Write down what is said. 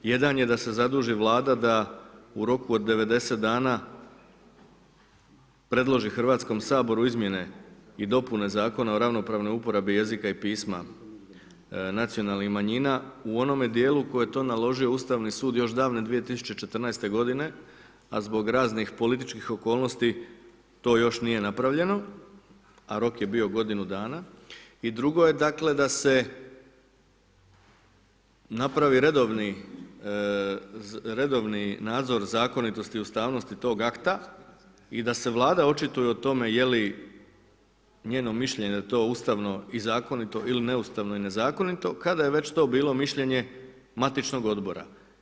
Jedan je da se zaduži Vlada da u roku od 90 dana predloži Hrvatskom saboru izmjene i dopune Zakona o ravnopravnoj uporabi jezika i pisma nacionalnih manjina u onome dijelu koji je to naložio Ustavni sud još davne 2014. g. a zbog raznih političkih okolnosti to još nije napravljeno a rok je bio godinu dana i drugo je dakle da se napravi redovni nadzor zakonitosti i ustavnosti tog akta i da se Vlada očituje o tome je li njeno mišljenje da je to Ustavno i zakonito ili neustavno i nezakonito, kada je već to bilo mišljenje matičnog odbora.